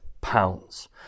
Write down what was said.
pounds